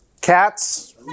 Cats